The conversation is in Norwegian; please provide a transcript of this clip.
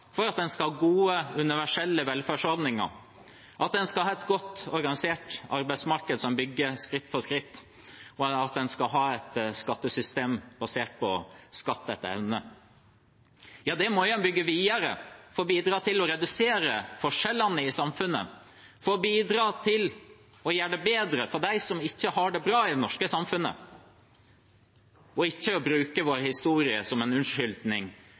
for at en skal ha gode universelle velferdsordninger, at en skal ha et godt organisert arbeidsmarked som bygges skritt for skritt, og at en skal ha et skattesystem basert på skatt etter evne, må en bygge videre på for å bidra til å redusere forskjellene i samfunnet, for å bidra til å gjøre det bedre for dem som ikke har det bra i det norske samfunnet – ikke bruke vår historie som en unnskyldning